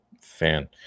fan